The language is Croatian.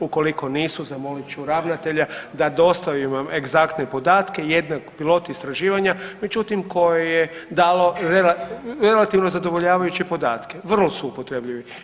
Ukoliko nisu zamolit ću ravnatelja da dostavi vam egzaktne podatke jednog pilot istraživanja međutim koje je dalo relativno zadovoljavajuće podatke, vrlo su upotrebljivi.